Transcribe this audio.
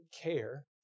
care